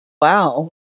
wow